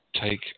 take